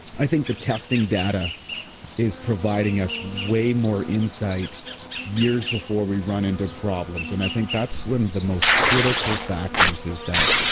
i think the testing data is providing us way more insight years before we run into problems. and i think that's one of the most critical factors is that,